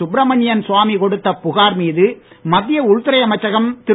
சுப்ரமணியன் சுவாமி கொடுத்த புகார் மீது மத்திய உள்துறை அமைச்சகம் திரு